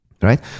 Right